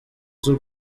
z’u